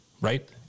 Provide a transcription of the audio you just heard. right